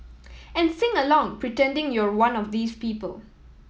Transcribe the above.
and sing along pretending you're one of these people